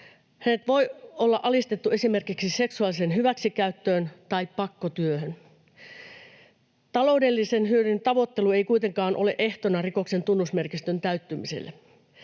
Hän voi olla alistettu esimerkiksi seksuaaliseen hyväksikäyttöön tai pakkotyöhön. Taloudellisen hyödyn tavoittelu ei kuitenkaan ole ehtona rikoksen tunnusmerkistön täyttymiselle.